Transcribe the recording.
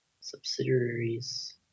subsidiaries